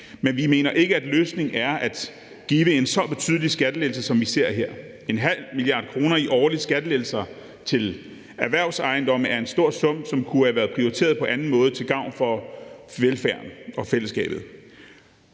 men vi mener ikke, at løsningen er at give en så betydelig skattelettelse, som vi ser her. 0,5 mia. kr. i årlige skattelettelser til erhvervsejendomme er en stor sum, som kunne have været prioriteret på anden måde til gavn for velfærden og fællesskabet.